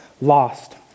lost